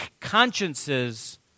consciences